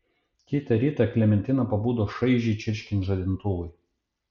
kitą rytą klementina pabudo šaižiai čirškiant žadintuvui